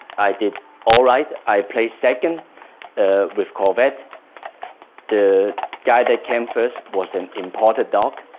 i did all right, i played second with covet the guy that came first was an imported dog,